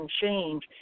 change